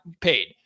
paid